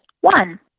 one